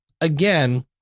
again